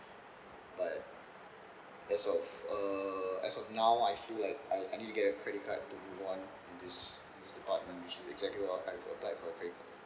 but that of uh as of now I feel like I I need to get a credit card to move on in this this department which is exactly what I've applied for a credit card